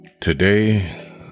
Today